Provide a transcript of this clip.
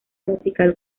musical